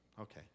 Okay